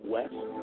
West